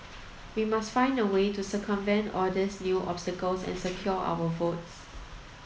we must find a way to circumvent all these new obstacles and secure our votes